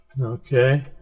okay